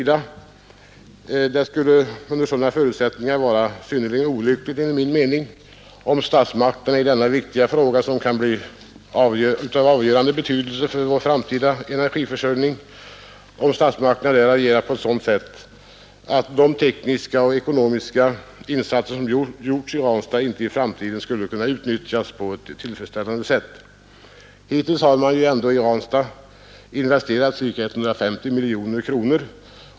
Det skulle med sådana förutsättningar vara synnerligen olyckligt om statsmakterna i denna viktiga fråga, som kan bli av avgörande betydelse för vår framtida energiförsörjning, agerade på ett sådant sätt att de tekniska och ekonomiska insatser som gjorts i Ranstad inte i framtiden skulle kunna utnyttjas på ett tillfredsställande sätt. Hittills har man i Ranstadsverket investerat cirka 150 miljoner kronor.